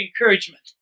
encouragement